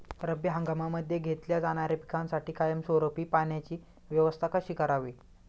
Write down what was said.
रब्बी हंगामामध्ये घेतल्या जाणाऱ्या पिकांसाठी कायमस्वरूपी पाण्याची व्यवस्था कशी करावी?